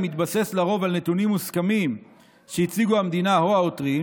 מתבסס לרוב על נתונים מוסכמים שהציגו המדינה או העותרים,